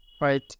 right